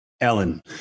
ellen